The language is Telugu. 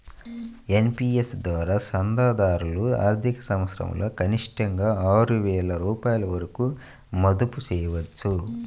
ఎన్.పీ.ఎస్ ద్వారా చందాదారులు ఆర్థిక సంవత్సరంలో కనిష్టంగా ఆరు వేల రూపాయల వరకు మదుపు చేయవచ్చు